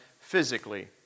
physically